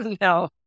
no